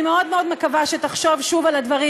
אני מאוד מאוד מקווה שתחשוב שוב על הדברים,